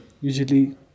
Usually